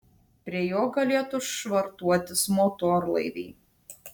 prie jo galėtų švartuotis motorlaiviai